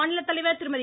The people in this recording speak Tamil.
மாநிலத்தலைவர் திருமதி